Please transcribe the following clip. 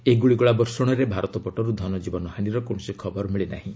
ଏହି ଗୁଳିଗୋଳା ବର୍ଷଣରେ ଭାରତ ପଟରୁ ଧନଜୀବନ ହାନୀର କୌଣସି ଖବର ମିଳିନାହିଁ